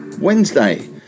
Wednesday